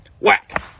Whack